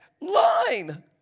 line